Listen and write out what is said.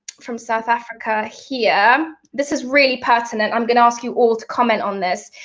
from south africa here. this is really pertinent, i'm gonna ask you all to comment on this.